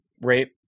rape